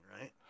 right